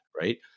right